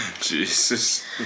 Jesus